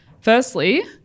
firstly